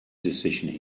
decisions